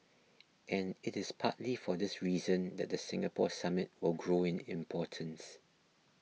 and it is partly for this reason that the Singapore Summit will grow in importance